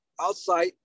outside